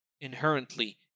inherently